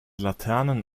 laternen